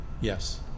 yes